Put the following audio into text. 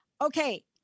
Okay